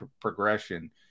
progression